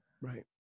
Right